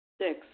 Six